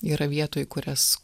yra vietų į kurias